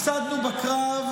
הפסדנו בקרב,